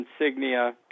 insignia